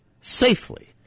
safely